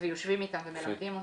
ויושבים אתם ומלמדים אותם.